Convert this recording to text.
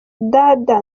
dada